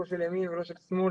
לא של ימין ולא של שמאל,